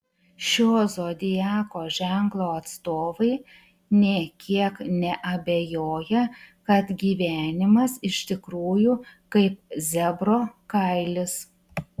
šio zodiako ženklo atstovai nė kiek neabejoja kad gyvenimas iš tikrųjų kaip zebro kailis